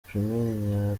primaire